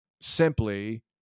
simply